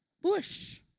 bush